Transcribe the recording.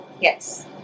Yes